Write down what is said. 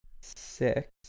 six